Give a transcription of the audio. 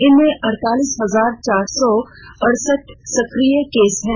इनमें अड़तालीस हजार चार सौ अड़सठ सक्रिय केस हैं